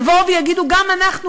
יבואו ויגידו: גם אנחנו אולי?